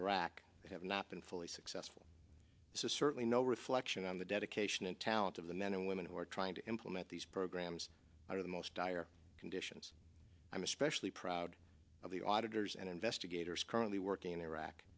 iraq have not been fully successful so certainly no reflection on the dedication and talent of the men and women who are trying to implement these programs under the most dire conditions i'm especially proud of the auditors and investigators currently working in iraq